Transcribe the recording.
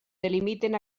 delimiten